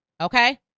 Okay